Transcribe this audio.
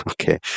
Okay